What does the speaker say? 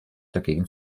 dagegen